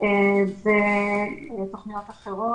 ותוכניות אחרות.